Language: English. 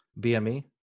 BME